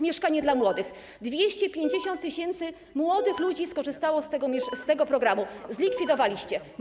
Mieszkanie dla młodych” - 250 tys. młodych ludzi skorzystało z tego programu, zlikwidowaliście go.